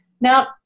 Now